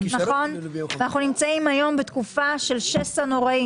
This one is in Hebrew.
אנחנו נמצאים היום בתקופה של שסע נוראי.